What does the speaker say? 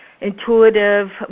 intuitive